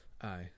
aye